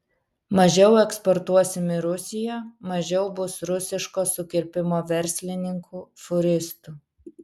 mažiau eksportuosim į rusiją mažiau bus rusiško sukirpimo verslininkų fūristų